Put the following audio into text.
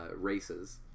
races